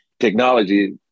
technology